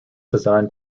designed